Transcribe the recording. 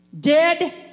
Dead